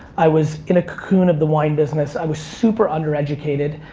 i was in a cocoon of the wine business. i was super undereducated.